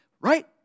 right